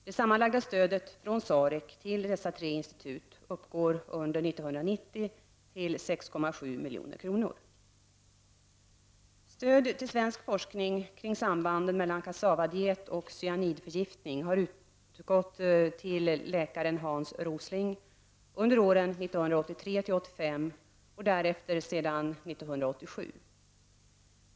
Det sammanlagda stödet från SAREC till dessa tre institut uppgår under år 1990 till 6,7 milj.kr. Stöd till svensk forskning kring sambanden mellan kassavadiet och cyanidförgiftning har utgått till läkaren Hans Rosling under åren 1983-1985 och därefter sedan år 1987.